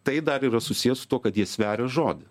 tai dar yra susiję su tuo kad jie sveria žodį